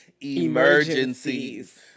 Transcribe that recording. Emergencies